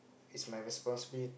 is my responsibility